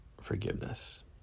forgiveness